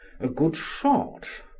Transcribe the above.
a good shot?